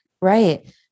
Right